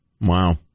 Wow